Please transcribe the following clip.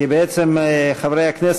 הצעת חוק